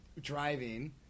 driving